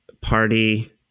Party